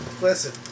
Listen